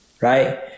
Right